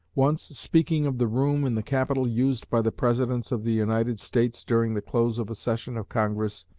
once, speaking of the room in the capitol used by the presidents of the united states during the close of a session of congress,